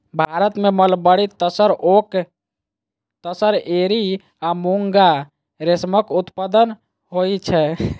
भारत मे mulberry, tasar, oak tasar, eri आ मूंगा रेशमक उत्पादन होइ छै